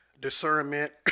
discernment